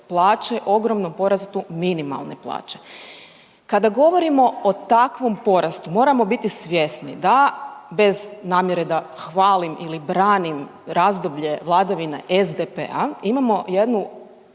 plaće, ogromnom porastu minimalne plaće. Kada govorimo o takvom porastu moramo biti svjesni da, bez namjere da hvalim ili branim razdoblje vladavine SDP-a, imamo jednu